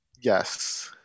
Yes